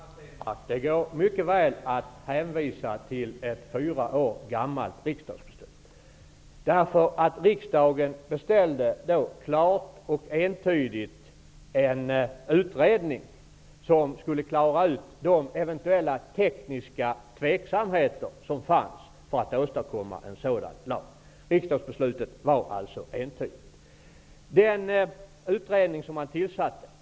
Herr talman! Jo, Per Stenmarck, det går mycket väl att hänvisa till ett fyra år gammalt riksdagsbeslut. Riksdagen beställde då klart och entydigt en utredning som skulle klara ut de eventuella tekniska tveksamheter som fanns för att åstadkomma en sådan lag. Riksdagsbeslutet var entydigt.